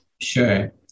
Sure